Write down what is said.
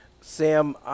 Sam